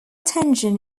tension